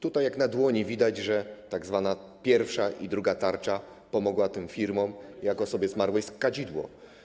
Tutaj jak na dłoni widać, że tzw. pierwsza i druga tarcza pomogły tym firmom jak osobie zmarłej kadzidło.